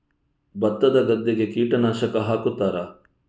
ಭತ್ತದ ಗದ್ದೆಗೆ ಕೀಟನಾಶಕ ಹಾಕುತ್ತಾರಾ?